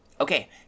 Okay